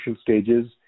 stages